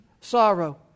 sorrow